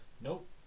Nope